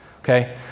okay